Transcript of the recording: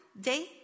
day